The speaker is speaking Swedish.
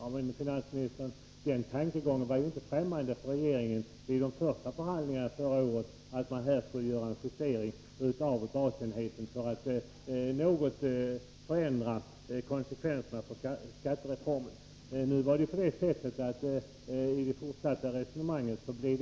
Men, finansministern, tankegången att man skulle göra en justering av basenheten för att något förändra konsekvenserna av devalveringen var inte främmande för regeringen vid de första förhandlingarna förra året.